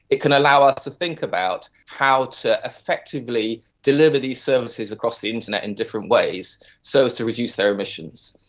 it can allow us to think about how to effectively deliver these services across the internet in different ways so as to reduce their emissions.